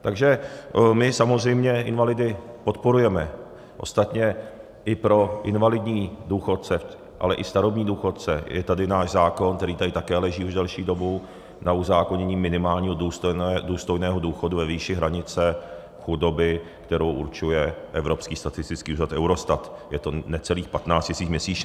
Takže my samozřejmě invalidy podporujeme, ostatně i pro invalidní důchodce, ale i starobní důchodce je tady náš zákon, který tady také leží už delší dobu, na uzákonění minimálního důstojného důchodu ve výši hranice chudoby, kterou určuje Evropský statistický úřad, Eurostat, je to necelých 15 tisíc měsíčně.